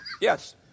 Yes